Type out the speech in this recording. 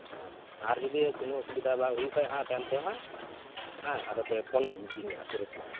ᱦᱮᱸ ᱟᱨ ᱡᱩᱫᱤ ᱠᱚᱱᱳ ᱚᱥᱩᱵᱤᱫᱟ ᱵᱟᱭ ᱦᱩᱭᱩᱜ ᱠᱷᱟᱡ ᱛᱟᱭᱚᱢᱛᱮ ᱦᱟᱸᱜ ᱦᱮᱸ ᱟᱫᱚ ᱯᱮ ᱯᱷᱳᱱᱟᱫᱤᱧ ᱜᱮ ᱛᱩᱨᱟᱹᱛᱜᱮ ᱦᱟᱸᱜ